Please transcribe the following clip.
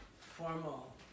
formal